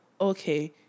okay